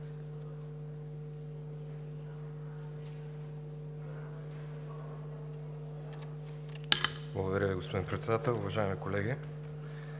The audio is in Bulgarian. Благодаря Ви, господин Председател. Уважаеми колеги!